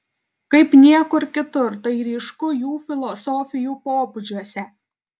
kaip niekur kitur tai ryšku jų filosofijų pobūdžiuose